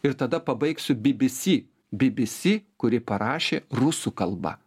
ir tada pabaigsiu bbc bbc kuri parašė rusų kalba